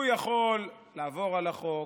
הוא יכול לעבור על החוק,